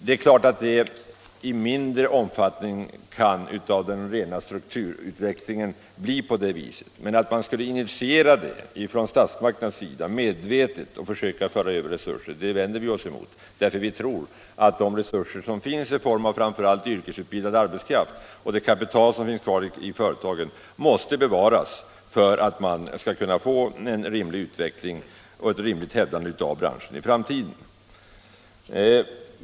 Det är klart att det i mindre omfattning kan bli på det sättet på grund av ren strukturutveckling, men att medvetet initiera sådant från statsmakternas sida vänder vi oss emot, därför att vi tror att de resurser som finns, framför allt i form av yrkesutbildad arbetskraft, tekniskt kunnande, maskiner och det kapital som finns kvar i företagen, måste bevaras för att man skall kunna få en rimlig utveckling och ett rimligt hävdande av branschen i framtiden.